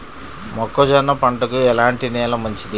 మొక్క జొన్న పంటకు ఎలాంటి నేల మంచిది?